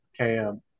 KM